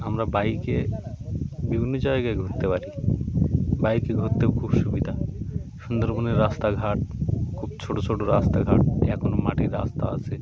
আমরা বাইকে বিভিন্ন জায়গায় ঘুরতে পারি বাইকে ঘুরতেও খুব সুবিধা সুন্দরবনের রাস্তাঘাট খুব ছোটো ছোটো রাস্তাঘাট এখন মাটির রাস্তা আসে